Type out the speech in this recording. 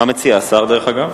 מה מציע השר, דרך אגב?